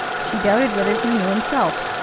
she doubted whether he knew himself.